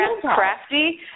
crafty